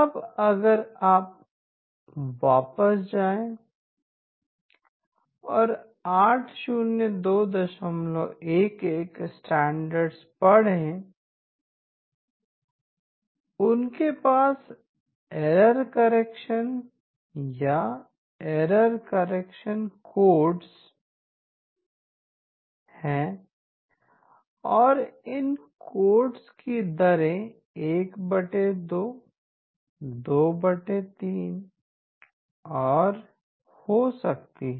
अब अगर आप वापस जाएँ और 80211 स्टैंडर्ड पढ़ें उनके पास एरर करेक्शन या एरर करेक्टिंग कोड हैं और इन कोड की दरें 12 23 और or हो सकती हैं